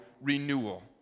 renewal